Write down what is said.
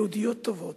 יהודיות טובות,